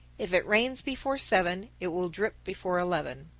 if it rains before seven it will drip before eleven.